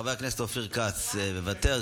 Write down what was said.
חבר הכנסת אופיר כץ, מוותר.